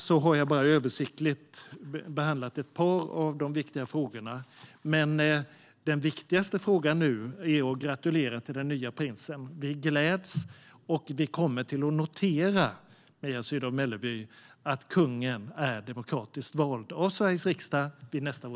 Jag har bara översiktligt behandlat ett par av de viktiga frågorna. Den viktigaste frågan nu är dock att gratulera till den nye prinsen. Vi gläds, och vi kommer vid nästa votering att notera, Mia Sydow Mölleby, att kungen är demokratiskt vald av Sveriges riksdag.